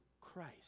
Christ